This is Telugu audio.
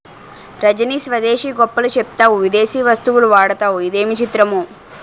రజనీ స్వదేశీ గొప్పలు చెప్తావు విదేశీ వస్తువులు వాడతావు ఇదేమి చిత్రమో